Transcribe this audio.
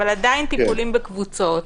אבל עדיין טיפולים בקבוצות.